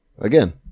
Again